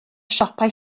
siopau